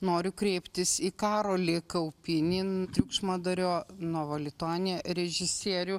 noriu kreiptis į karolį kaupinį triukšmadario nova lituania režisierių